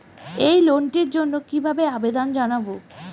এই লোনটির জন্য কিভাবে আবেদন জানাবো?